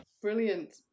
Brilliant